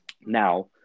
Now